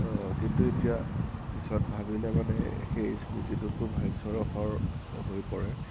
কিন্তু এতিয়া পিছত ভাৱিলে মানে সেই স্মৃতিটো খুব হাস্যৰসৰ হৈ পৰে